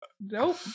nope